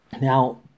Now